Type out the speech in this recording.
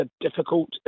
difficult